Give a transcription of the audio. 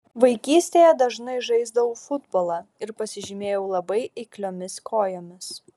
vaikystėje dažnai žaisdavau futbolą ir pasižymėjau labai eikliomis kojomis